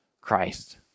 Christ